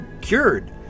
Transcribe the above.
cured